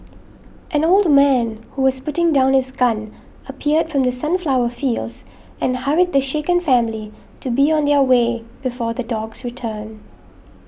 an old man who was putting down his gun appeared from the sunflower fields and hurried the shaken family to be on their way before the dogs return